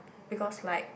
because like